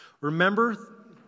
Remember